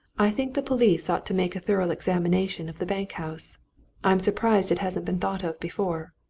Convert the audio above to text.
i think the police ought to make a thorough examination of the bank-house i'm surprised it hasn't been thought of before.